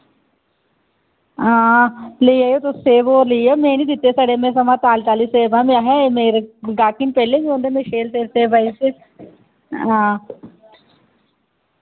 हां लेई जाएओ तुस सेब और लेई जाएओ में निं दित्ते सड़े में सगुआं ताली ताली सेब पां महां एह् मेरे गाह्की न पैह्लें बी औंदे में शैल शैल सेब पाई दित्ते हां